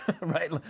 right